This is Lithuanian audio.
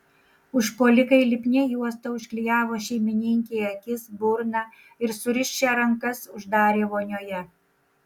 užpuolikai lipnia juosta užklijavo šeimininkei akis burną ir surišę rankas uždarė vonioje